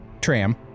tram